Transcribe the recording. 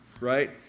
right